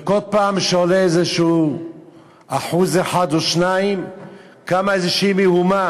וכל פעם שהשכר עולה באיזשהו אחוז אחד או שניים קמה מהומה.